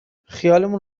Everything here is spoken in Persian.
خیالمون